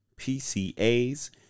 PCAs